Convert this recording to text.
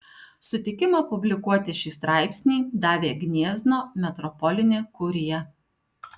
sutikimą publikuoti šį straipsnį davė gniezno metropolinė kurija